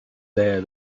there